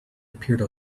appeared